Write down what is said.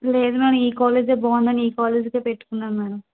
లేదు మ్యాడం ఈ కాలేజీ బాగుందని ఈ కాలేజీకె పెట్టుకున్నాను మ్యాడం